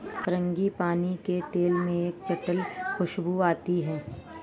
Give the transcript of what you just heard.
frangipani के तेल में एक जटिल खूशबू आती है